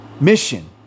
mission